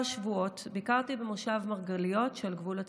באתי, חסכתי את הזמן.